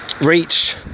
reach